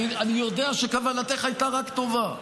אני יודע שכוונתך הייתה רק טובה,